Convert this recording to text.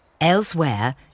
Elsewhere